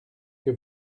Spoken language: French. que